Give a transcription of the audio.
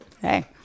Hey